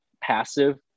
passive